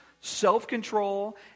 self-control